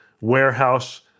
warehouse